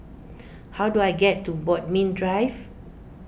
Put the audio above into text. how do I get to Bodmin Drive